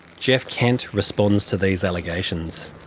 geoff kent responds to these allegations.